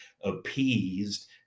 appeased